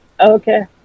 okay